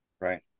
Right